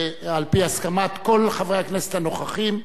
על-פי הסכמת כל חברי הכנסת הנוכחים,